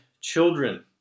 children